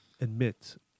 admit